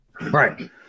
Right